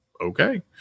okay